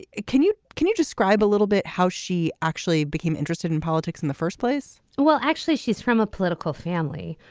can you can you describe a little bit how she actually became interested in politics in the first place well actually she's from a political family.